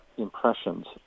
impressions